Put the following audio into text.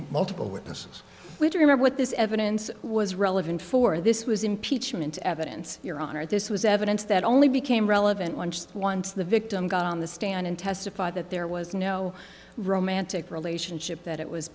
multiple witnesses which remember what this evidence was relevant for this was impeachment evidence your honor this was evidence that only became relevant launched once the victim got on the stand and testified that there was no romantic relationship that it was